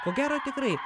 ko gero tikrai